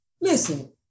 Listen